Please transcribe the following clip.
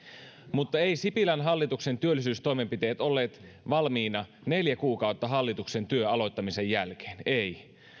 mutta eivät sipilän hallituksen työllisyystoimenpiteet olleet valmiina neljä kuukautta hallituksen työn aloittamisen jälkeen ei